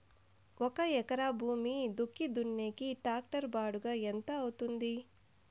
ఒక ఎకరా భూమి దుక్కి దున్నేకి టాక్టర్ బాడుగ ఎంత అవుతుంది?